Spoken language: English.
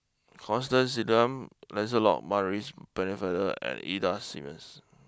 Constance Singam Lancelot Maurice Pennefather and Ida Simmons